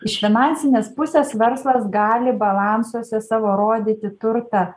iš finansinės pusės verslas gali balansuose savo rodyti turtą